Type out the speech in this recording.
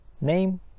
name